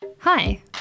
Hi